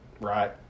right